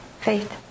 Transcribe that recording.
faith